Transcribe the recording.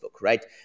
right